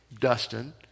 Dustin